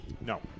No